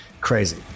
Crazy